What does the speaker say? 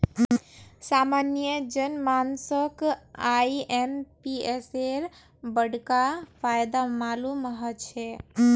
सामान्य जन मानसक आईएमपीएसेर बडका फायदा मालूम ह छेक